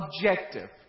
objective